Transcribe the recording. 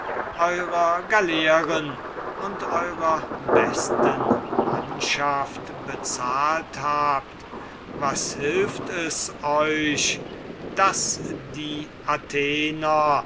eurer galeeren und eurer besten mannschaft bezahlt habt was hilft es euch daß die athenienser